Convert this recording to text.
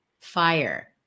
fire